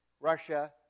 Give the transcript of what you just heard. Russia